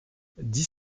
dix